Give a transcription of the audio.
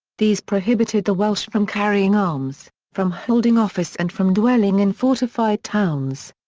these prohibited the welsh from carrying arms, from holding office and from dwelling in fortified towns.